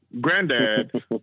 Granddad